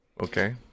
okay